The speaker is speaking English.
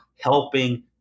helping